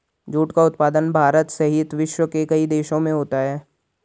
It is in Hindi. जूट का उत्पादन भारत सहित विश्व के कई देशों में होता है